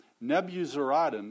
Nebuchadnezzar